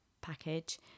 package